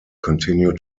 continue